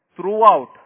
throughout